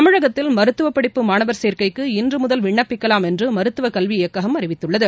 தமிழகத்தில் மருத்துவப்படிப்பு மாணவர் சேர்க்கைக்கு இன்று முதல் விண்ணப்பிக்கலாம் என்று மருத்துவக் கல்வி இயக்ககம் அறிவித்துள்ளது